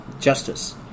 justice